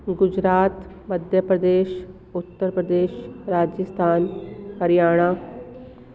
Gujarat Madhya Pradesh Uttar Pradesh Rajasthan Haryana